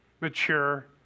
mature